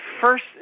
first